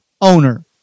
owner